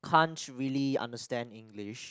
can't really understand English